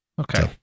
Okay